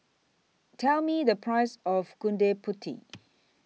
Tell Me The Price of Gudeg Putih